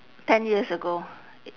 ten years ago